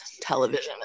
television